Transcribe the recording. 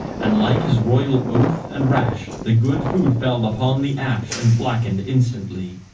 and like his royal oath and rash the good food fell upon the ash and blackened instantly.